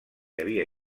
havia